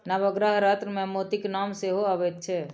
नवग्रह रत्नमे मोतीक नाम सेहो अबैत छै